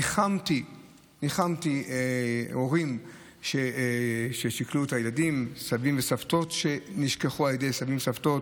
ניחמתי הורים ששכלו את הילדים שנשכחו על ידי סבים וסבתות,